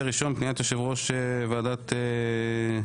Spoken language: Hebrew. ראשון: פניית יושב ראש ועדת החוקה,